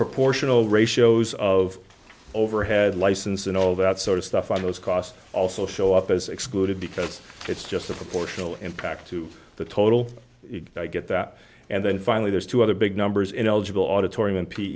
proportional ratios of overhead license and all that sort of stuff on those costs also show up as excluded because it's just a proportional impact to the total you get that and then finally there's two other big numbers in eligible auditorium